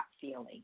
feeling